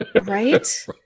Right